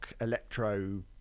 electro